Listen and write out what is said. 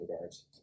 regards